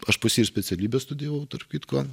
aš pas jį ir specialybę studijavau tarp kitko